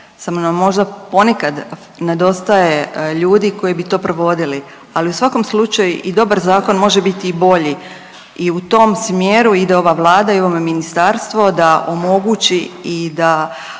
nam možda ponekad nedostaje ljudi koji bi to provodili, ali u svakom slučaju i dobar zakon može biti i bolji i u tom smjeru ide ova Vlada i ovo Ministarstvo da omogući i da